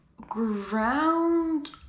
ground